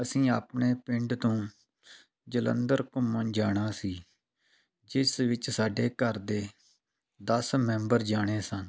ਅਸੀਂ ਆਪਣੇ ਪਿੰਡ ਤੋਂ ਜਲੰਧਰ ਘੁੰਮਣ ਜਾਣਾ ਸੀ ਜਿਸ ਵਿੱਚ ਸਾਡੇ ਘਰ ਦੇ ਦਸ ਮੈਂਬਰ ਜਾਣੇ ਸਨ